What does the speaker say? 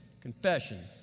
Confession